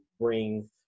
bring